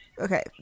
Okay